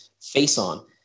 face-on